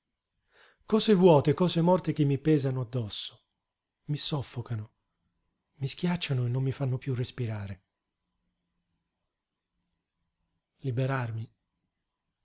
cose vuote cose morte che mi pesano addosso mi soffocano mi schiacciano e non mi fanno piú respirare liberarmi